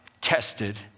tested